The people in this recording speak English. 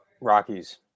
Rockies